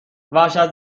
وحشت